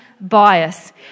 bias